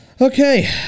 Okay